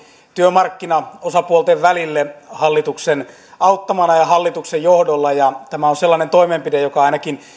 työmarkkinaosapuolten välille hallituksen auttamana ja hallituksen johdolla ja tämä on sellainen toimenpide joka ainakin